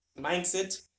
mindset